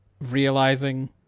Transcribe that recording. realizing